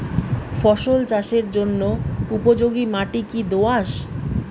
ফসল চাষের জন্য উপযোগি মাটি কী দোআঁশ?